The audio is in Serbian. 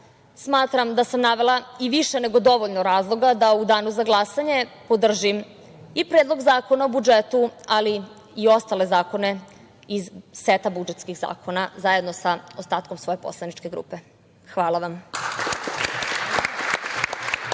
smatram da sam navela i više nego dovoljno razloga da u danu za glasanje podržim i Predlog zakona o budžetu, ali i ostale zakone iz seta budžetskih zakona, zajedno sa ostatkom svoje poslaničke grupe. Hvala vam.